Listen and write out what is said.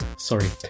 Sorry